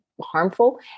harmful